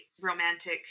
romantic